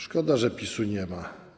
Szkoda, że PiS-u nie ma.